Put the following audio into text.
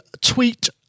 tweet